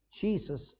Jesus